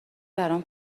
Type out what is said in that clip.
برام